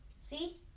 see